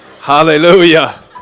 Hallelujah